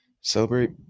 celebrate